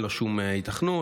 אין לו שום היתכנות,